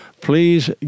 Please